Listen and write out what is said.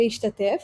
להשתתף,